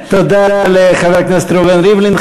תודה לחבר הכנסת ראובן ריבלין.